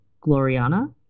gloriana